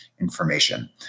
information